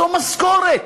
זו משכורת,